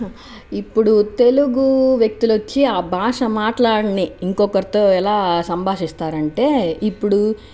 ఇప్పుడు తెలుగూ వ్యక్తులు వచ్చి ఆ భాష మాట్లాడని ఇంకొకరితో ఎలా సంభాషిస్తారు అంటే ఇప్పుడు